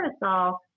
cortisol